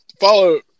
follow